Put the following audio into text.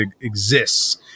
exists